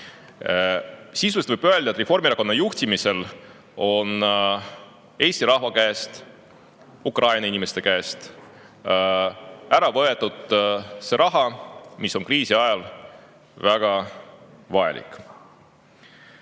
Sisuliselt võib öelda, et Reformierakonna juhtimisel on Eesti rahva käest, Ukraina inimeste käest ära võetud see raha, mis on kriisi ajal väga vajalik. Ja